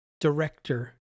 director